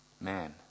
man